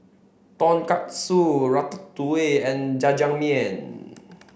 Tonkatsu Ratatouille and Jajangmyeon